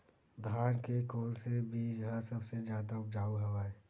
धान के कोन से बीज ह सबले जादा ऊपजाऊ हवय?